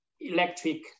electric